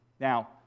Now